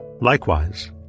Likewise